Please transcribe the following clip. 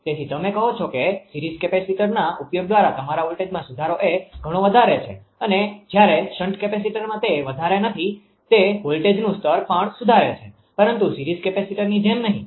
તેથી તમે કહો છો કે સીરીઝ કેપેસીટરના ઉપયોગ દ્વારા તમારા વોલ્ટેજમાં સુધારો એ ઘણો વધારે છે અને જયારે શન્ટ કેપેસિટરમાં તે વધારે નથી તે વોલ્ટેજનું સ્તર પણ સુધારે છે પરંતુ સીરીઝ કેપેસિટરની જેમ નહીં